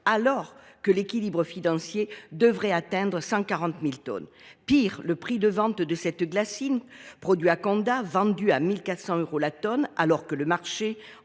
alors que l’équilibre financier nécessiterait d’atteindre 140 000 tonnes. Pis, le prix de vente de la glassine produite à Condat, vendue à 1 400 euros la tonne, alors que celle ci